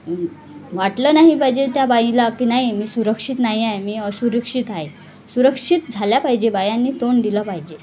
वाटलं नाही पाहिजे त्या बाईला की नाही मी सुरक्षित नाही आहे मी असुरक्षित आहे सुरक्षित झाल्या पाहिजे बायांनी तोंड दिलं पाहिजे